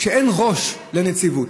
כשאין ראש לנציבות,